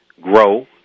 grow